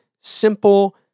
simple